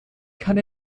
kann